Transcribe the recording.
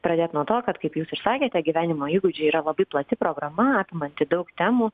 pradėt nuo to kad kaip jūs ir sakėte gyvenimo įgūdžiai yra labai plati programa apimanti daug temų